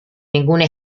ninguna